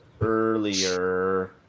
earlier